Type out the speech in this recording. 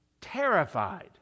Terrified